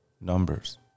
numbers